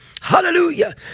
hallelujah